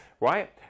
right